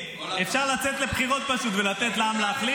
אפשר לפתור את הסוגיה הזאת בקלות ולצאת לבחירות.